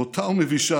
בוטה ומבישה,